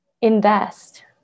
invest